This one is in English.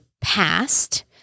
past